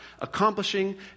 accomplishing